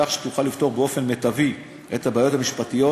כך שתוכל לפתור באופן מיטבי את הבעיות המשפטיות